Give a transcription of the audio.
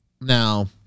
now